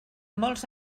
molts